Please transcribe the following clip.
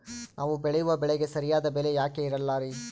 ನಾವು ಬೆಳೆಯುವ ಬೆಳೆಗೆ ಸರಿಯಾದ ಬೆಲೆ ಯಾಕೆ ಇರಲ್ಲಾರಿ?